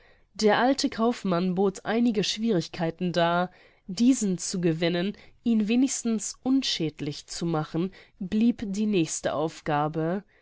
der alte kaufmann bot einige schwierigkeiten dar diesen zu gewinnen ihn wenigstens unschädlich zu machen blieb die nächste aufgabe